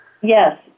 Yes